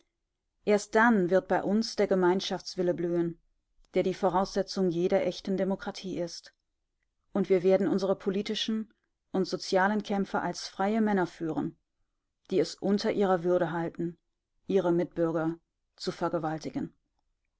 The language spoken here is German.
erst dann wird bei uns der gemeinschaftswille blühen der die voraussetzung jeder echten demokratie ist und wir werden unsere politischen und sozialen kämpfe als freie männer führen die es unter ihrer würde halten ihre mitbürger zu vergewaltigen